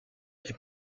est